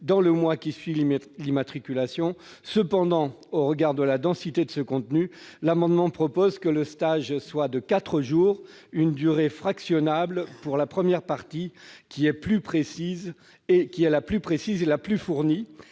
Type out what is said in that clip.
dans le mois qui suit l'immatriculation. Cependant, au regard de la densité de ce contenu, nous proposons que le stage soit de quatre jours, cette durée étant fractionnable, pour la première partie, qui est la plus précise et la plus fournie,